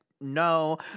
No